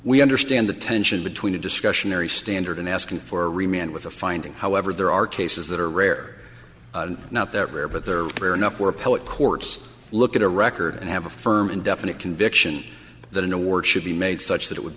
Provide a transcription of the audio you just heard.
we understand the tension between a discretionary standard and asking for remain with the finding however there are cases that are rare not that rare but there are enough where appellate courts look at a record and have a firm and definite conviction that an award should be made such that it would